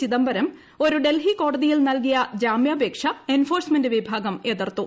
ചിദംബരം ഒരു ഡൽഹി കോടതിയിൽ നൽകിയ ജാമ്യാപേക്ഷ എൻഫോഴ്സ്മെന്റ് വിഭാഗം എതിർത്തു